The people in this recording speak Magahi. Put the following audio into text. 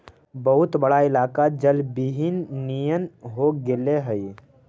बहुत बड़ा इलाका जलविहीन नियन हो गेले हई